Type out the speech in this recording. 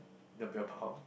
there'll be a pout